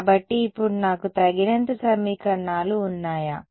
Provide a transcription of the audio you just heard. కాబట్టి ఇప్పుడు నాకు తగినంత సమీకరణాలు ఉన్నాయా